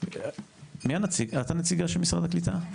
את נציגת של משרד הקליטה?